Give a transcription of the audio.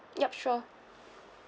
yup sure